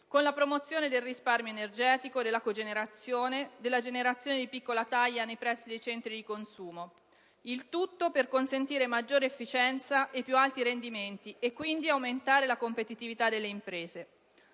con la promozione del risparmio energetico, della cogenerazione, della generazione di piccola taglia nei pressi dei centri di consumo. Il tutto per consentire maggiore efficienza e più alti rendimenti e quindi aumentare la competitività delle imprese.